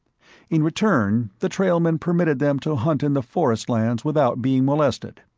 in return, the trailmen permitted them to hunt in the forest lands without being molested.